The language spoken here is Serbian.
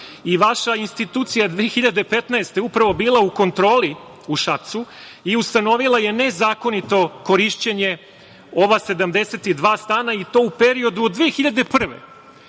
i vaša institucija 2015. godine je upravo bila u kontroli u Šapcu i ustanovila je nezakonito korišćenje ova 72 stana i to u periodu od 2001.